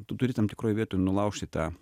tu turi tam tikroj vietoj nulaužti tą